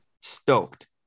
stoked